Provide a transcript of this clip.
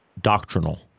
doctrinal